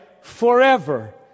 forever